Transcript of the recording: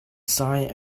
sign